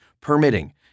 permitting